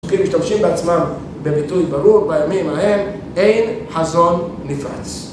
כמשתמשים בעצמם בביטוי ברור, בימים ההם אין חזון נפרץ.